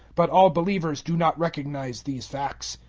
but all believers do not recognize these facts.